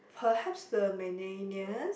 perhaps the millennials